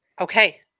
Okay